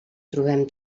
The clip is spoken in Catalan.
trobem